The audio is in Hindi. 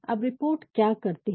अब रिपोर्ट क्या करती है